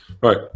right